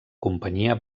companyia